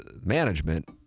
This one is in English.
management